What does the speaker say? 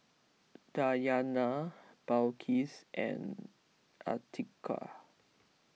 Dayana Balqis and Atiqah